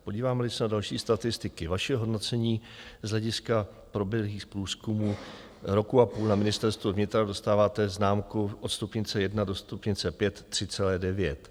Podívámeli se na další statistiky, vaše hodnocení z hlediska proběhlých průzkumů roku a půl na Ministerstvu vnitra, dostáváte známku od stupně 1 do stupně 5 3,9.